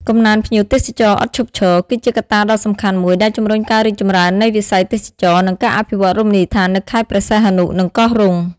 កំណើនភ្ញៀវទេសចរឥតឈប់ឈរ គឺជាកត្តាដ៏សំខាន់មួយដែលជំរុញការរីកចម្រើននៃវិស័យទេសចរណ៍ និងការអភិវឌ្ឍន៍រមណីយដ្ឋាននៅខេត្តព្រះសីហនុ និងកោះរ៉ុង។